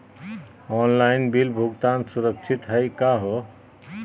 Online bill भुगतान सुरक्षित हई का हो?